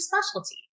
specialty